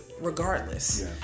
regardless